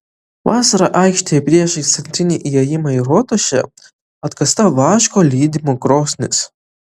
vasarą aikštėje priešais centrinį įėjimą į rotušę atkasta vaško lydymo krosnis